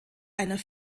einer